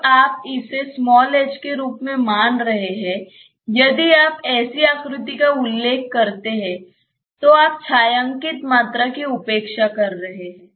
जब आप इसे h के रूप में मान रहे हैं यदि आप ऐसी आकृति का उल्लेख करते हैं तो आप छायांकित मात्रा की उपेक्षा कर रहे हैं